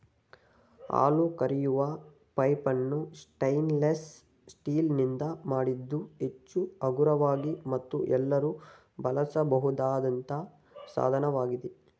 ಹಾಲು ಕರೆಯುವ ಪೈಪನ್ನು ಸ್ಟೇನ್ಲೆಸ್ ಸ್ಟೀಲ್ ನಿಂದ ಮಾಡಿದ್ದು ಹೆಚ್ಚು ಹಗುರವಾಗಿ ಮತ್ತು ಎಲ್ಲರೂ ಬಳಸಬಹುದಾದಂತ ಸಾಧನವಾಗಿದೆ